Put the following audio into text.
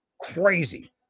crazy